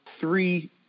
three